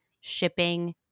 shipping